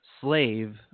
slave